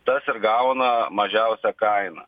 tas ir gauna mažiausią kainą